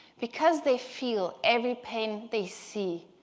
because they feel every pain they see,